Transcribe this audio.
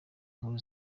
nkuru